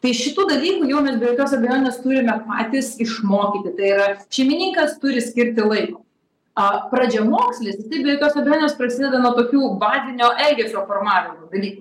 tai šitų dalykų jau mes jokios abejonės turime patys išmokyti tai yra šeimininkas turi skirti laiko a pradžiamokslis jisai be jokios abejonės prasideda nuo tokių bazinio elgesio formavimo dalykų